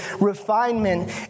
refinement